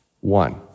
One